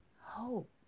hope